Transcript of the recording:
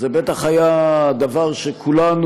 זה בטח היה דבר שכולנו,